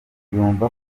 yumva